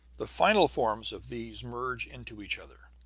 the final forms of these merge into each other,